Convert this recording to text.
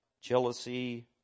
jealousy